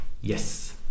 Yes